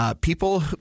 people